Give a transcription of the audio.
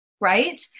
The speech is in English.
right